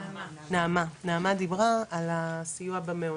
נעמה דיברה על הסיוע במעונות,